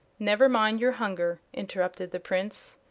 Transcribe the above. never mind your hunger, interrupted the prince.